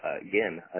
again